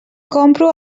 compro